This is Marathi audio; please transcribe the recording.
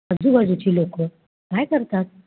आजूबाजूची लोकं काय करतात